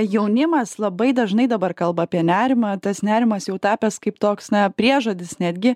jaunimas labai dažnai dabar kalba apie nerimą tas nerimas jau tapęs kaip toks na priežodis netgi